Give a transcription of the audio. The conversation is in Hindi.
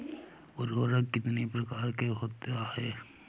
उर्वरक कितनी प्रकार के होता हैं?